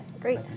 great